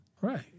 Right